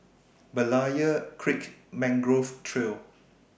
Berlayer Creek Mangrove Trail